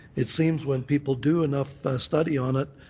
it seems when people do enough study on it,